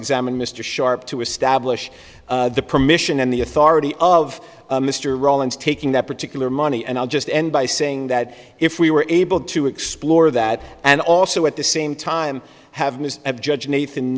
examine mr sharp to establish the permission and the authority of mr rawlins taking that particular money and i'll just end by saying that if we were able to explore that and also at the same time have news of judge nathan